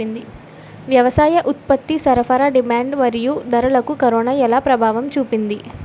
వ్యవసాయ ఉత్పత్తి సరఫరా డిమాండ్ మరియు ధరలకు కరోనా ఎలా ప్రభావం చూపింది